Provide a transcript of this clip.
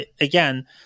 again